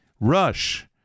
Rush